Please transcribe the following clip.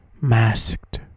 masked